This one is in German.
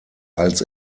als